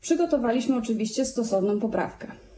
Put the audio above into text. Przygotowaliśmy oczywiście stosowną poprawkę.